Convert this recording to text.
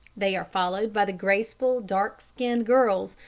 they are followed by the graceful, dark-skinned girls,